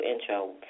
intro